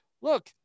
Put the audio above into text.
Look